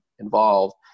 Involved